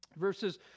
Verses